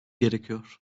gerekiyor